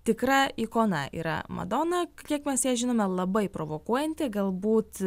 tikra ikona yra madona kiek mes ją žinome labai provokuojanti galbūt